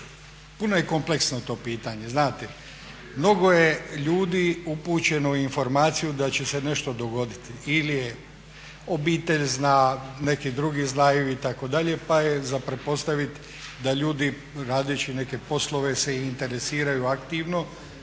puno je kompleksno to pitanje, znate. Mnogo je ljudi upućeno u informaciju da će se nešto dogoditi ili obitelj zna, neki drugi znaju itd., pa je za pretpostaviti da ljudi radeći i neke poslove se i interesiraju aktivno